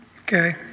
Okay